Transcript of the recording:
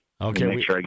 Okay